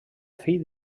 fill